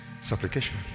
supplication